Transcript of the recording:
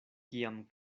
kiam